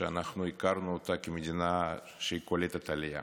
שהכרנו כמדינה שקולטת עלייה.